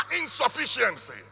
insufficiency